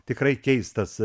tikrai keistas